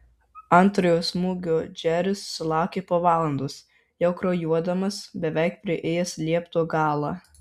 antrojo smūgio džeris sulaukė po valandos jau kraujuodamas beveik priėjęs liepto galą